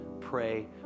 pray